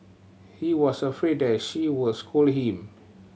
he was afraid that she was scold him